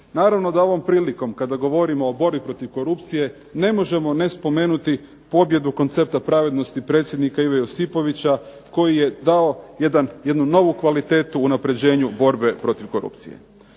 Naravno da ovom prilikom kada govorimo o borbi protiv korupcije ne možemo ne spomenuti pobjedu koncepta pravednosti predsjednika Ive Josipovića koji je dao jednu novu kvalitetu unapređenju borbe protiv korupcije.